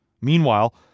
Meanwhile